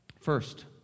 First